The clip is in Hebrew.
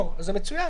לא, לא מיותר.